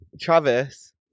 Travis